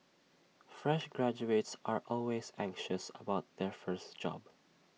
fresh graduates are always anxious about their first job